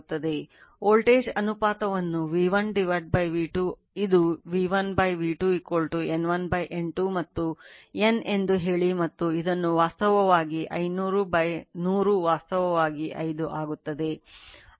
voltage ಅನುಪಾತವನ್ನು V1 V2 ಇದು V1 V2 N1 N2 ಮತ್ತು N ಎಂದು ಹೇಳಿ ಮತ್ತು ಇದನ್ನು ವಾಸ್ತವವಾಗಿ 500 100 ವಾಸ್ತವವಾಗಿ 5 ಆಗುತ್ತದೆ